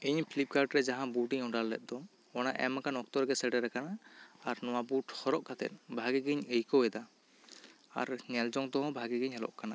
ᱤᱧ ᱯᱷᱤᱞᱤᱯᱠᱟᱨᱴ ᱨᱮ ᱡᱟᱦᱟᱸ ᱵᱩᱴ ᱤᱧ ᱚᱰᱟᱨ ᱞᱮᱫ ᱫᱚ ᱚᱱᱟ ᱮᱢ ᱟᱠᱟᱱ ᱚᱠᱛᱚ ᱨᱮᱜᱮ ᱥᱮᱴᱮᱨ ᱟᱠᱟᱱᱟ ᱟᱨ ᱱᱚᱶᱟ ᱵᱩᱴ ᱦᱚᱨᱚᱜ ᱠᱟᱛᱮᱫ ᱵᱷᱟᱜᱮ ᱜᱮᱧ ᱟᱹᱭᱠᱟᱹᱣ ᱮᱫᱟ ᱟᱨ ᱧᱮᱞ ᱡᱚᱝ ᱛᱮᱦᱚᱸ ᱵᱷᱟᱜᱮ ᱜᱮ ᱧᱮᱞᱚᱜ ᱠᱟᱱᱟ